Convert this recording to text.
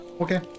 okay